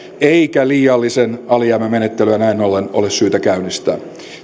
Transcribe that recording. eikä liiallisen alijäämän menettelyä näin ollen ole syytä käynnistää